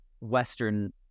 western